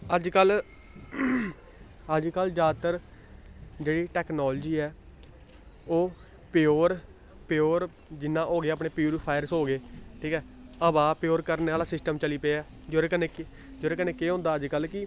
अजकल्ल अजकल्ल जादातर जेह्ड़ी टैक्नालोजी ऐ ओह् प्योर प्योर जि'यां हो गे अपने प्यूरिफायर्स हो गे ठीक ऐ हवा प्योर करने आह्ला सिस्टम चली पेआ ऐ जेह्दे कन्ने जेह्दे कन्नै केह् होंदा अजकल्ल कि